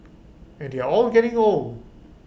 and they're all getting old